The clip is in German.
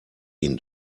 ihn